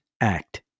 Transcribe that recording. act